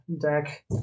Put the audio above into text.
deck